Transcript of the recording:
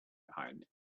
opined